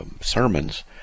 sermons